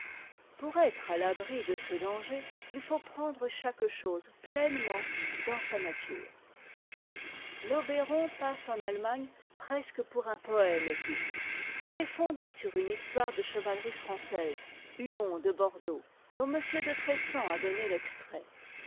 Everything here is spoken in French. pour être à l'abri de ce danger il faut prendre chaque chose pleinement dans sa nature l'obéron passe en allemagne presque pour un poëme épique i est fondé sur une histoire de chevalerie française huon c e bordeaux dont m de tressan a donné l'extrait